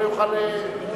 לא יוכל.